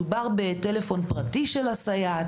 אגב, מדובר בטלפון פרטי של הסייעת.